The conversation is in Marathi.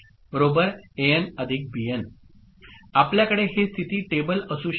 Bn An ⊕ Bn आपल्याकडे हे स्थिती टेबल असू शकते